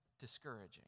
Discouraging